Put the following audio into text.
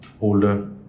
older